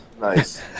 Nice